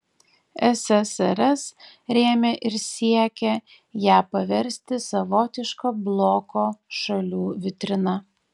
ssrs rėmė ir siekė ją paversti savotiška bloko šalių vitrina